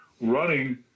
running